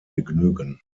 begnügen